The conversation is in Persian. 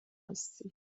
هستی